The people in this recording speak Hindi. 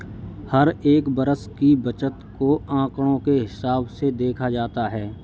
हर एक वर्ष की बचत को आंकडों के हिसाब से देखा जाता है